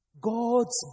God's